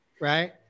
right